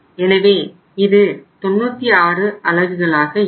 எனவே இது 96 அலகுகளாக இருக்கும்